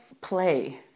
play